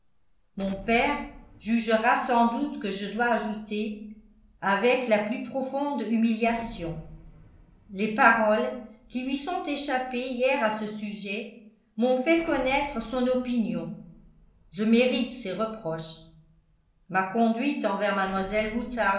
mon père jugera sans doute que je dois ajouter avec la plus profonde humiliation les paroles qui lui sont échappées hier à ce sujet m'ont fait connaître son opinion je mérite ses reproches ma conduite envers